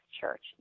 Church